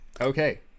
okay